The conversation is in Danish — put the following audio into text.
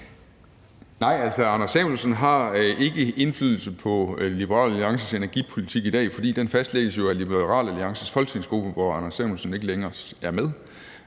Nej, Anders Samuelsen har ikke indflydelse på Liberal Alliances energipolitik i dag, fordi den jo fastlægges af Liberal Alliances folketingsgruppe, hvor Anders Samuelsen ikke længere er med.